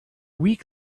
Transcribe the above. week